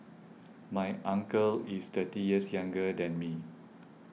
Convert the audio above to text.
my uncle is thirty years younger than me